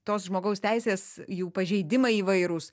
tos žmogaus teisės jų pažeidimai įvairūs